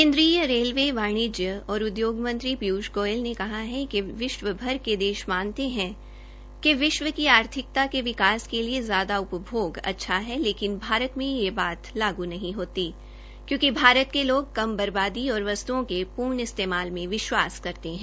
केन्द्रीय रेलवे वाणिज्य और उद्योग मंत्री पियूष गोयल ने कहा है कि विश्वभर के देश मानते हैं कि विश्व की आर्थिकता के विकास के लिए ज्यादा उपभोग अच्छा है लेकिन भारत में ये बात लागू नहीं होती क्योंकि भार के लोग कम बर्बादी और वस्तुओं के पूर्ण इस्तेमाल में विश्वास करते हैं